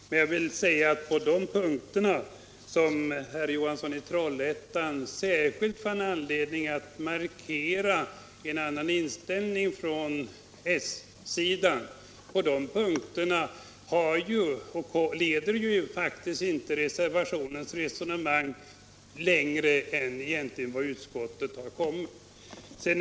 Men jag vill säga att på de punkter där herr Johansson i Trollhättan särskilt fann anledning att markera en annan inställning från s-sidan leder faktiskt inte reservationens resonemang längre än till vad utskottet har lett fram till.